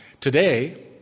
today